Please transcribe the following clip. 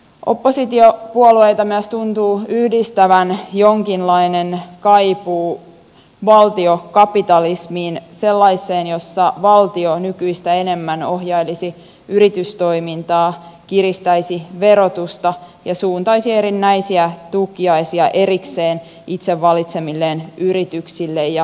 oppositiopuolueita myös tuntuu yhdistävän jonkinlainen kaipuu valtiokapitalismiin sellaiseen jossa valtio nykyistä enemmän ohjailisi yritystoimintaa kiristäisi verotusta ja suuntaisi erinäisiä tukiaisia erikseen itse valitsemilleen yrityksille ja toimialoille